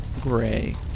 Gray